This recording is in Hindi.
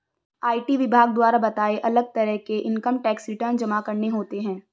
आई.टी विभाग द्वारा बताए, अलग तरह के इन्कम टैक्स रिटर्न जमा करने होते है